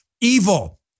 Evil